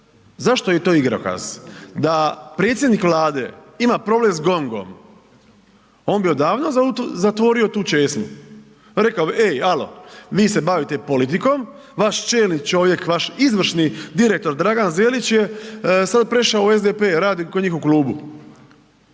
zašto je to igrokaz? Da predsjednik Vlade ima problem s GONGOM on bi odavno zatvorio tu česmu, rekao bi, e, alo, vi se bavite politikom, vaš čelni čovjek, vaš izvršni direktor Dragan Zelić je sad prešao u SDP, radi kod njih u klubu.